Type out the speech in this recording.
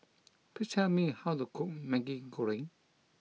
Please tell me how to cook Maggi Goreng